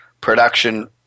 production